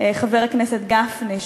חבר הכנסת גפני,